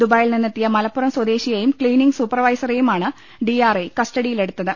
ദുബായിൽ നിന്നെത്തിയ മലപ്പുറം സ്വദേശിയെയും ക്ലീനിംഗ് സൂപ്പർവൈസറെയുമാണ് ഡിആർഐ കസ്റ്റഡിയിലെടുത്തത്